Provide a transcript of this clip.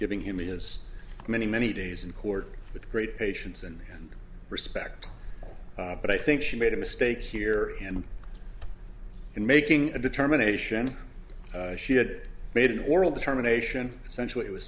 giving him he has many many days in court with great patience and respect but i think she made a mistake here and in making a determination she had made an oral determination essentially it was